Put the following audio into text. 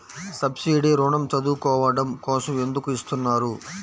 Subsidy ఋణం చదువుకోవడం కోసం ఎందుకు ఇస్తున్నారు?